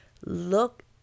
look